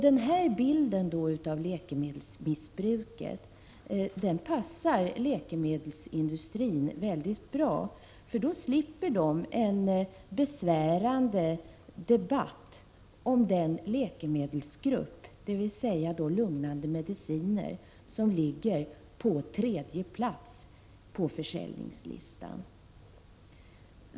Den bilden av läkemedelsmissbruket passar läkemedelsindustrin mycket bra, för då slipper den en besvärande debatt om den läkemedelsgrupp, dvs. lugnande mediciner, som ligger på tredje plats på försäljningslistan.